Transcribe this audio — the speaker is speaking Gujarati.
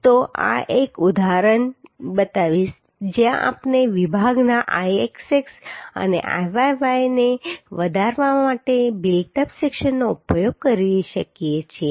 તો આ એક ઉદાહરણ છે જ્યાં આપણે વિભાગના Ixx અને Iyy ને વધારવા માટે બિલ્ટ અપ સેક્શનનો ઉપયોગ કરી શકીએ છીએ